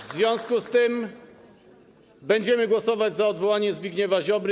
W związku z tym będziemy głosować za odwołaniem Zbigniewa Ziobry.